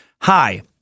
hi